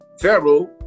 Pharaoh